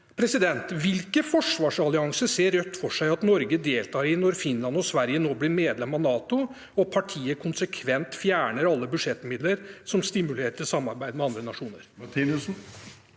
kr. Hvilken forsvarsallianse ser Rødt for seg at Norge skal delta i når Finland og Sverige nå blir medlem av NATO, og når partiet konsekvent fjerner alle budsjettmidler som stimulerer til samarbeid med andre nasjoner?